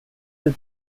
that